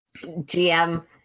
GM